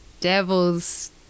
devil's